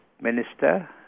minister